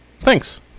Thanks